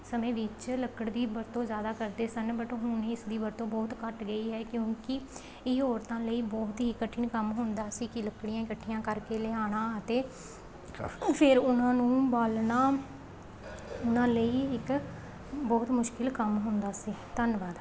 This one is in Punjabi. ਸਮੇਂ ਵਿੱਚ ਲੱਕੜ ਦੀ ਵਰਤੋਂ ਜ਼ਿਆਦਾ ਕਰਦੇ ਸਨ ਬਟ ਹੁਣ ਇਸ ਦੀ ਵਰਤੋਂ ਬਹੁਤ ਘੱਟ ਗਈ ਹੈ ਕਿਉਂਕਿ ਇਹ ਔਰਤਾਂ ਲਈ ਬਹੁਤ ਹੀ ਕਠਿਨ ਕੰਮ ਹੁੰਦਾ ਸੀ ਕਿ ਲੱਕੜੀਆਂ ਇਕੱਠੀਆਂ ਕਰਕੇ ਲਿਆਉਣਾ ਅਤੇ ਫਿਰ ਉਹਨਾਂ ਨੂੰ ਬਾਲਣਾ ਉਹਨਾਂ ਲਈ ਇੱਕ ਬਹੁਤ ਮੁਸ਼ਕਿਲ ਕੰਮ ਹੁੰਦਾ ਸੀ ਧੰਨਵਾਦ